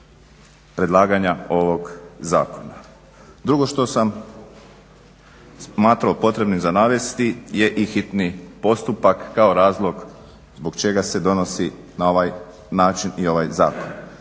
predlaganja ovoga zakona. Drugo što sam smatrao za potrebno navesti je i hitni postupak kao razlog zbog čega se donosi na ovaj način i ovaj zakon.